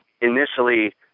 Initially